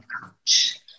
coach